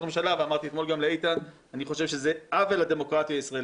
היחידים שעשינו היינו אנחנו.